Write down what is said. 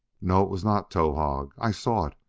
no! it was not towahg. i saw it.